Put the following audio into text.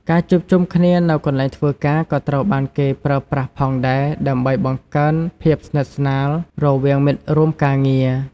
ការជួបជុំគ្នានៅកន្លែងធ្វើការក៏ត្រូវបានគេប្រើប្រាស់ផងដែរដើម្បីបង្កើនភាពស្និទ្ធស្នាលរវាងមិត្តរួមការងារ។